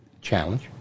challenge